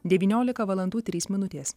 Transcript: devyniolika valandų trys minutės